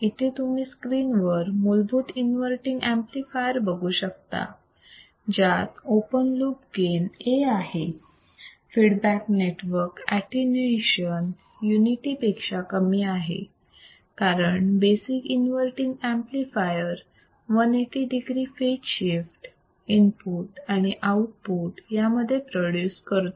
इथे तुम्ही स्क्रीन वर मूलभूत इन्वर्तींग ऍम्प्लिफायर बघू शकता ज्यात ओपन लूप गेन A आहे फीडबॅक नेटवर्क ऍटीन्यूएशन युनिटी पेक्षा कमी आहे कारण basic inverting amplifier 180 degree phase shift input आणि आउटपुट यामध्ये प्रोड्यूस करतो